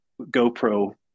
GoPro